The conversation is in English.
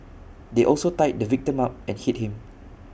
they also tied the victim up and hit him